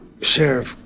Sheriff